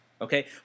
Okay